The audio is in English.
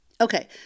Okay